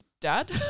dad